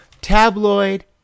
Tabloid